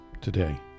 today